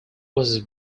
was